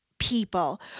People